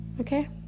okay